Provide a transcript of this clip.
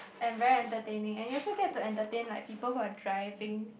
and very entertaining and you also get to entertain like people who are driving